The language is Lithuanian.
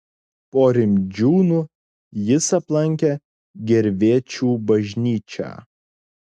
po rimdžiūnų jis aplankė gervėčių bažnyčią